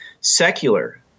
secular